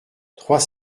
trois